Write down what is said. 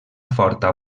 forta